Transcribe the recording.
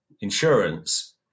insurance